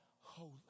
holy